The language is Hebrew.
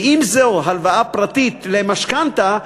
ואם זו הלוואה פרטית למשכנתה,